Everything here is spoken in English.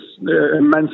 immense